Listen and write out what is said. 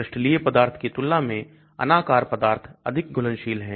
क्रिस्टलीय पदार्थ की तुलना में अनाकार पदार्थ अधिक घुलनशील है